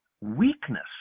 weakness